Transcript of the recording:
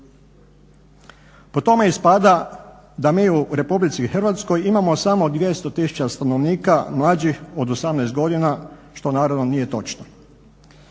Po tome ispada da mi u RH imamo samo 200 tisuća stanovnika mlađih od 18 godina što naravno nije točno.